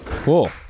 Cool